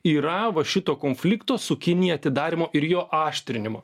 yra va šito konflikto su kinija atidarymo ir jo aštrinimo